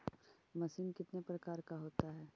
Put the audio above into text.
Machine कितने प्रकार का होता है?